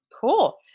Cool